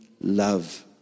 love